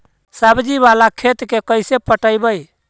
सब्जी बाला खेत के कैसे पटइबै?